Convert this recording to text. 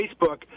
Facebook